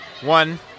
one